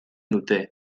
dute